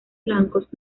blancos